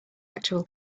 actual